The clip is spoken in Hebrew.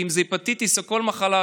אם זה הפטיטיס או כל מחלה אחרת,